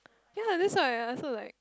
ya that's why I also like